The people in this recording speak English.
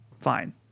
fine